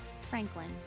Franklin